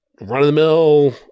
run-of-the-mill